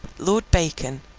lord bacon,